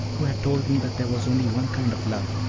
who had told me that there was only one kind of love,